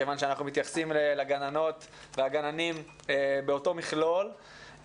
מכיוון שאנחנו מתייחסים לגננות והגננים באותו מכלול.